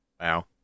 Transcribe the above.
Wow